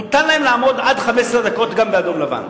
מותר להן לעמוד עד 15 דקות גם באדום-לבן.